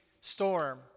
storm